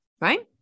right